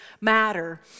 matter